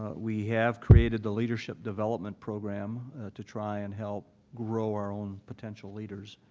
we have created the leadership development program to try and help grow our own potential leaders.